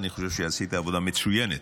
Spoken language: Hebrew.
אני חושב שעשית עבודה מצוינת,